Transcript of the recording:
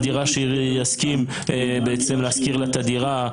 דירה שיסכים בעצם להשכיר לה את הדירה.